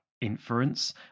inference